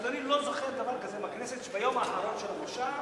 אדוני לא זוכר דבר כזה בכנסת שביום האחרון של המושב